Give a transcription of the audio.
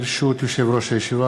ברשות יושב-ראש הישיבה,